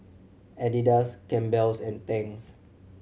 Adidas Campbell's and Tangs